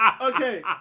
okay